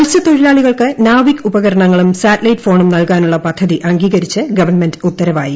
മത്സ്യത്തൊഴിലാളികൾക്ക് നാവിക് ഉപകരണങ്ങളും സാറ്റ്ലൈറ്റ് ഫോണും നൽകാനുളള പദ്ധതി അംഗീകരിച്ച് ഗവൺമെന്റ് ഉത്തരവായി